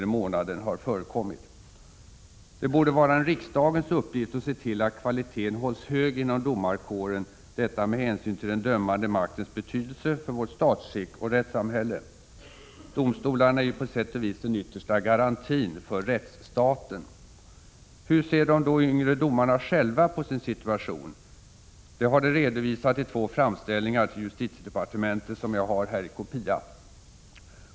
i månaden har förekommit. Det borde vara en riksdagens uppgift att se till att kvaliteten hålls hög inom domarkåren — detta med hänsyn till den dömande maktens betydelse för vårt statsskick och vårt rättssamhälle. Domstolarna är ju på sätt och vis den yttersta garantin för rättsstaten. Hur ser då de yngre domarna själva på sin situation? Det har de redovisat i två framställningar till justitiedepartementet, som jag har här i kopia.